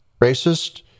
racist